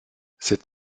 cet